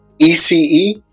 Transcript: ECE